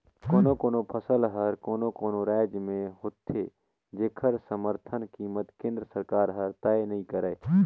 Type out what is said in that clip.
कोनो कोनो फसल हर कोनो कोनो रायज में होथे जेखर समरथन कीमत केंद्र सरकार हर तय नइ करय